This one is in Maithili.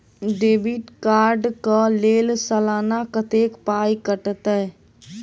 डेबिट कार्ड कऽ लेल सलाना कत्तेक पाई कटतै?